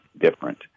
different